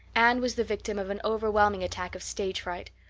anne was the victim of an overwhelming attack of stage fright.